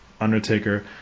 Undertaker